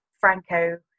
Franco